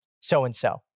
so-and-so